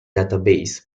database